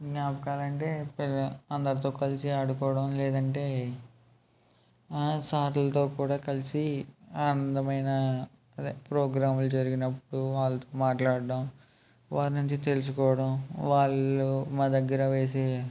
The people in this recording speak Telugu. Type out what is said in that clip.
జ్ఞాపకాలు అంటే అందరితో కలిసి ఆడుకోవడం లేదంటే సార్లతో కూడా కలిసి అనందమైన అదే ప్రోగ్రాములు జరిగినప్పుడు వాల్తో మాట్లాడడం వారి నుంచి తెలుసుకోవడం వాళ్ళు మా దగ్గర వేసే